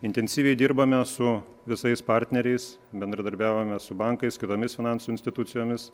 intensyviai dirbame su visais partneriais bendradarbiaujame su bankais kitomis finansų institucijomis